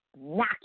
knock